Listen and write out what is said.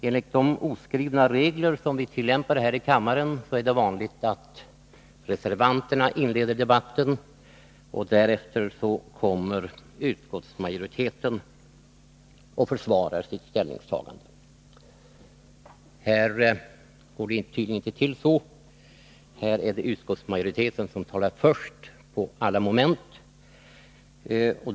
Enligt de oskrivna regler som vi tillämpar här i kammaren är det vanligt att reservanterna inleder debatten och att utskottsmajoriteten därefter försvarar sitt ställningstagande. I dag går det inte till så. Här är det utskottsmajoriteten som talar först på alla moment.